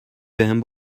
بهم